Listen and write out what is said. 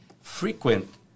frequent